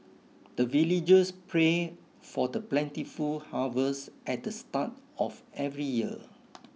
the villagers pray for the plentiful harvest at the start of every year